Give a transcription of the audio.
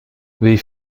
wie